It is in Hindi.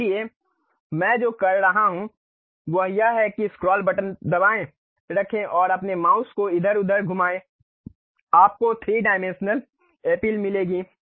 इसलिए मैं जो कर रहा हूं वह यह है कि स्क्रॉल बटन दबाए रखें और अपने माउस को इधर उधर घुमाएं आपको 3 डायमेंशनल अपील मिलेगी